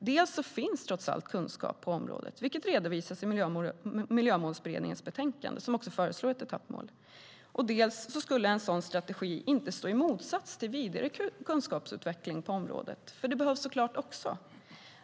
Dels finns trots allt kunskap på området, vilket redovisas i Miljömålsberedningens betänkande, som föreslår ett etappmål, dels skulle en sådan strategi inte stå i motsats till vidare kunskapsutveckling på området. Det behövs såklart också.